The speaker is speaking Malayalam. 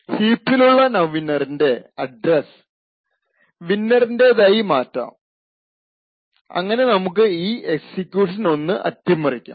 ഹീപിലുള്ള നൌഇന്നറിന്റെ അഡ്രസ്സ് വിന്നെറിന്റെതായി മാറ്റാം അങ്ങനെ നമുക്ക് ഈ എക്സിക്യൂഷൻ ഒന്ന് അട്ടിമറിക്കാം